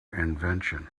invention